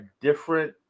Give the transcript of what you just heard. different